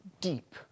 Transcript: deep